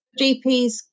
GPs